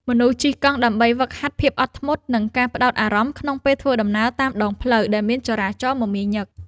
មនុស្សជិះកង់ដើម្បីហ្វឹកហាត់ភាពអត់ធ្មត់ និងការផ្ដោតអារម្មណ៍ក្នុងពេលធ្វើដំណើរតាមដងផ្លូវដែលមានចរាចរណ៍មមាញឹក។